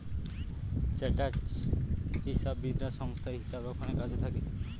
chartered হিসাববিদরা সংস্থায় হিসাব রক্ষণের কাজে থাকে